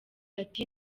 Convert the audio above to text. ati